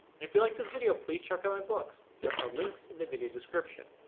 and if you liked this video, please check out my books there are links in the video description.